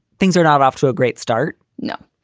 things are not off to a great start no,